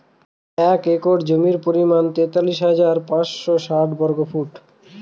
এক একর জমির পরিমাণ তেতাল্লিশ হাজার পাঁচশ ষাট বর্গফুট